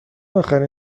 آخرین